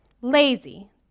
lazy